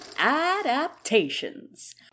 ADAPTATIONS